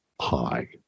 high